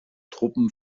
truppen